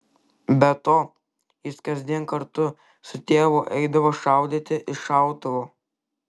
be to jis kasdien kartu su tėvu eidavo šaudyti iš šautuvo